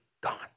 gone